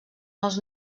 els